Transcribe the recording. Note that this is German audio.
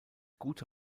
gute